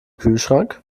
kühlschrank